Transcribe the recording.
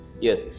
Yes